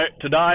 today